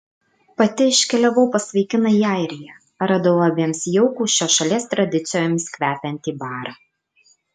pati iškeliavau pas vaikiną į airiją radau abiems jaukų šios šalies tradicijomis kvepiantį barą